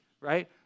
right